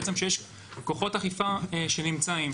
בעצם כשיש כוחות אכיפה שנמצאים.